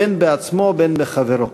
בין בעצמו בין בחברו".